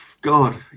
God